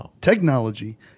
Technology